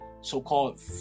so-called